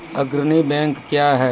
अग्रणी बैंक क्या हैं?